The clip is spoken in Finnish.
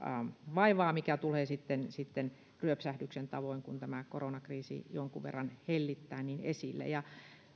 vaivaa mikä tulee sitten sitten ryöpsähdyksen tavoin esille kun tämä koronakriisi jonkun verran hellittää